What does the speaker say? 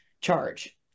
charge